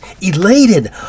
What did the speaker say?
elated